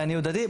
לעניות דעתי.